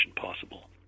possible